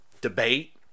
debate